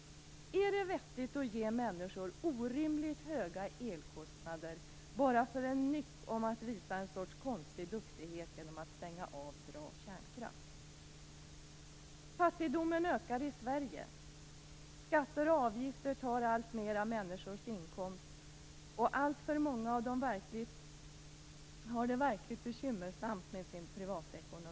Är det vettigt att ge människor orimligt höga elkostnader genom att man ger efter för en nyck att visa en sorts konstig duktighet genom att stänga av bra kärnkraft? Fattigdomen ökar i Sverige. Skatter och avgifter tar alltmer av människors inkomster, och alltför många har det verkligt bekymmersamt med sin privatekonomi.